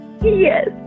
Yes